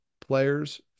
players